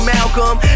Malcolm